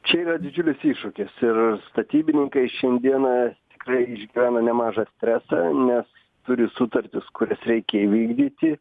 čia yra didžiulis iššūkis ir statybininkai šiandieną tikrai išgyvena nemažą stresą nes turi sutartis kurias reikia įvykdyti